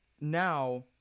now